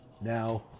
Now